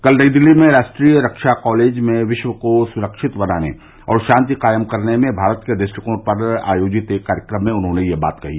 कल नई दिल्ली में राष्ट्रीय रक्षा कॉलेज में विश्व को सुरक्षित बनाने और शांति कायम करने में भारत के दृष्टिकोण पर आयोजित एक कार्यक्रम में उन्होंने यह बात कही